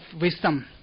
wisdom